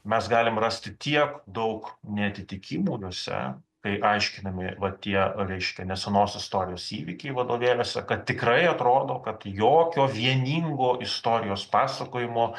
mes galim rasti tiek daug neatitikimų juose kai aiškinami va tie reiškia nesenos istorijos įvykiai vadovėliuose kad tikrai atrodo kad jokio vieningo istorijos pasakojimo